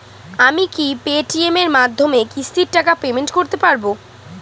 আমি কি Paytm এর মাধ্যমে কিস্তির টাকা পেমেন্ট করতে পারব?